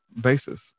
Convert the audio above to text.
basis